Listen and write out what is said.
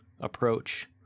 approach